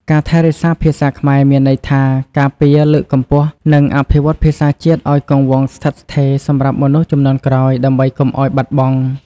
ការថែរក្សាភាសាខ្មែរ មានន័យថា ការពារ លើកកម្ពស់ និងអភិវឌ្ឍភាសាជាតិឱ្យគង់វង្សស្ថិតស្ថេរសម្រាប់មនុស្សជំនាន់ក្រោយដើម្បីកុំអោយបាត់បង់។